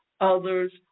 others